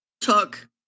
took